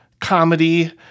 comedy